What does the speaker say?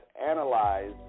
analyze